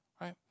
right